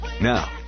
Now